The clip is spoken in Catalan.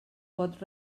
pot